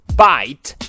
bite